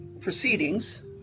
proceedings